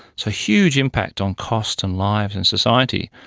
so huge impact on costs and lives and society.